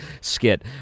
skit